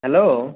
hello